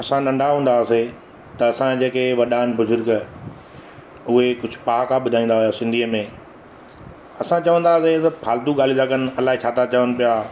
असां नंढा हूंदा हुआसीं त असांजा जेके वॾा आहिनि बुज़ुर्ग उहे कुझु पहाका ॿुधाईंदा हुया सिंधीअ में असां चवंदा हुआसीं इहे त फाल्तू ॻाल्हियूं था कनि अलाए छाता चवनि पिया